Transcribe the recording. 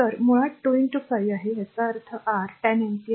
तर मुळात 2 5 आहे याचा अर्थ आर 10 अँपिअर